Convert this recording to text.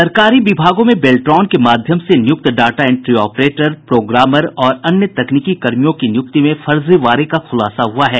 सरकारी विभागों में बेल्ट्रॉन के माध्यम से नियुक्त डाटा इंट्री ऑपरेटर प्रोग्रामर और अन्य तकनीकी कर्मियों की निय्क्ति में फर्जीवाड़े का खूलासा हुआ है